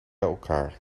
elkaar